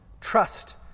Trust